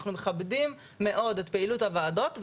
אנחנו מכבדים מאוד את פעילות הוועדות,